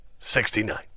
Sixty-nine